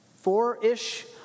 four-ish